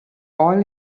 all